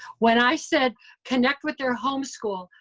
when i said connect with their home school,